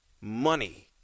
money